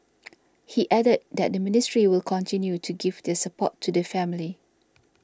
he added that the ministry will continue to give their support to the family